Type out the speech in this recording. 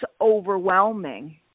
overwhelming